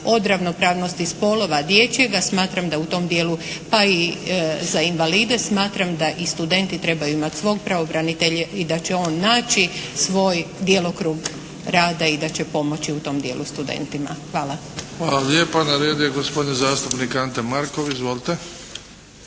od ravnopravnosti spolova, dječjega smatram da u tom dijelu pa i za invalide, smatram da i studenti trebaju imati svog pravobranitelja i da će on naći svoj djelokrug rada i da će pomoći u tom dijelu studentima. Hvala lijepa. **Bebić, Luka (HDZ)** Hvala lijepa. Na redu je gospodin zastupnik Ante Markov. Izvolite.